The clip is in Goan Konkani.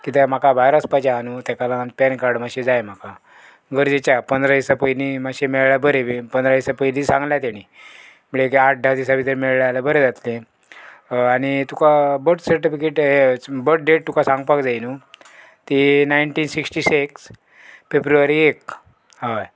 कित्याक म्हाका भायर वचपाचें आहा न्हू तेका लागून पॅन कार्ड मातशें जाय म्हाका गरजेच्या पंदरा दिसा पयलीं मात्शें मेळ्ळें बरें बी पंदरा दिसां पयलीं सांगलें तेणी म्हळ्यार आठ धा दिसा भितर मेळ्ळें जाल्यार बरें जातलें आनी तुका बर्थ सर्टिफिकेट हें बर्थ डेट तुका सांगपाक जाय न्हू ती नायन्टीन सिक्स्टी सिक्स फेब्रुवारी एक हय